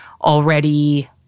already